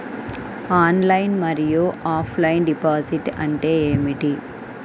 Online మరియు offline deposit అంటే ఏమిటి?